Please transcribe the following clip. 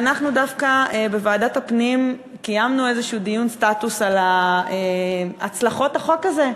ואנחנו בוועדת הפנים קיימנו דיון סטטוס על הצלחות החוק הזה.